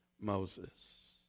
Moses